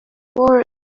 for